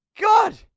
God